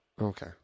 Okay